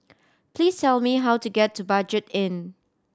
please tell me how to get to Budget Inn